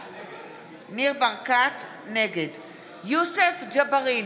ניר ברקת, נגד יוסף ג'בארין,